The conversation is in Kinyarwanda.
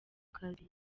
kazi